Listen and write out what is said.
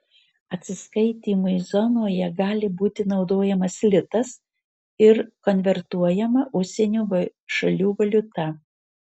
atsiskaitymui zonoje gali būti naudojamas litas ir konvertuojama užsienio šalių valiuta